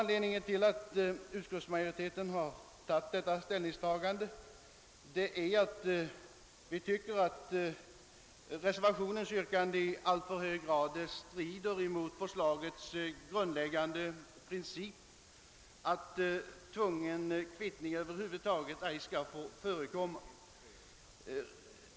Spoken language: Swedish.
Anledningen till att utskottsmajoriteten har gjort detta ställningstagande är att reservationens yrkande enligt vår mening i alltför hög grad strider mot förslagets grundläggande princip, att tvungen kvittning över huvud taget ej skall få förekomma.